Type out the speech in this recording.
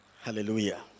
Hallelujah